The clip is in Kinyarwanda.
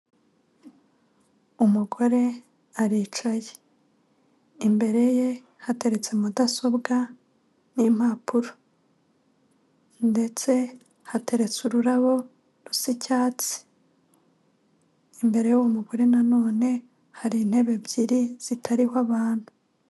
Umugore aricaye imbere ye hateritse mudasobwa n'impapuro ndetse hateretse ururabo rusa icyatsi imbere y'uwo mugore nanone hari intebe ebyiri zitariho abantu.